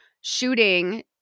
shooting